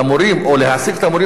או להעסיק את המורים הקיימים,